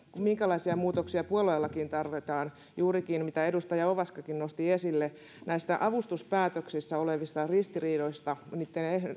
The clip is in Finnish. minkälaisia muutoksia puoluelakiin tarvitaan juurikin sitä mitä edustaja ovaskakin nosti esille näistä avustuspäätöksissä olevista ristiriidoista niitten